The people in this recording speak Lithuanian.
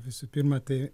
visų pirma tai